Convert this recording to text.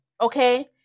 okay